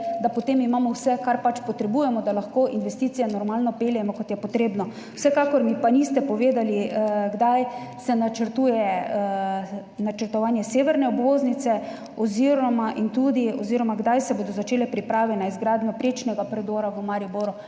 potem vse, kar pač potrebujemo, da lahko investicije normalno peljemo, kot je potrebno. Vsekakor mi pa niste povedali, kdaj se načrtuje načrtovanje severne obvoznice oziroma kdaj se bodo začele priprave na izgradnjo prečnega predora v Mariboru.